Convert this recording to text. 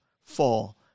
fall